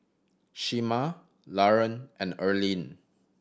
Shemar Laron and Erlene